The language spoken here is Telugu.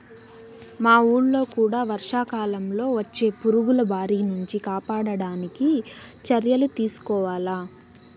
మా వూళ్ళో కూడా వర్షాకాలంలో వచ్చే పురుగుల బారి నుంచి కాపాడడానికి చర్యలు తీసుకోవాల